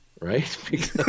right